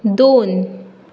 दोन